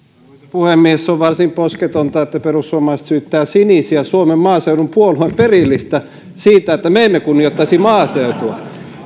puhemies on varsin posketonta että perussuomalaiset syyttävät sinisiä suomen maaseudun puolueen perillisiä siitä että me emme kunnioittaisi maaseutua